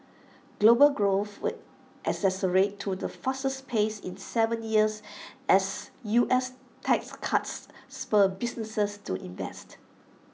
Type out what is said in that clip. global growth will accelerate to the fastest pace in Seven years as U S tax cuts spur businesses to invest